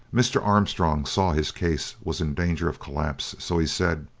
mr. armstrong saw his case was in danger of collapse, so he said